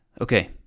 Okay